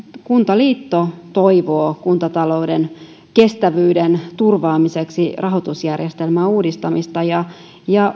kuntaliitto toivoo kuntatalouden kestävyyden turvaamiseksi rahoitusjärjestelmän uudistamista ja ja